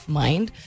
mind